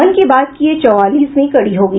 मन की बात की यह चौवालीसवीं कड़ी होगी